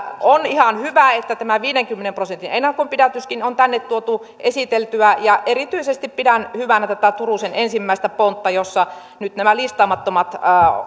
on ihan hyvä että tämä viidenkymmenen prosentin ennakonpidätyskin on tänne tuotu ja esitelty erityisesti pidän hyvänä tätä turusen ensimmäistä pontta jossa nyt nämä listaamattomat